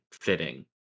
fitting